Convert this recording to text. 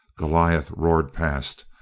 goliath roared past,